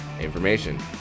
information